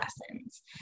lessons